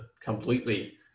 completely –